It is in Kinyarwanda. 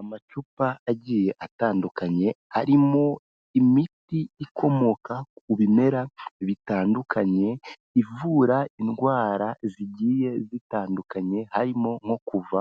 Amacupa agiye atandukanye arimo imiti ikomoka ku bimera bitandukanye, ivura indwara zigiye zitandukanye, harimo nko kuva